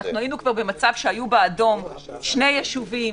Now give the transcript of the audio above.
היינו במצב שהיו באדום שני ישובים,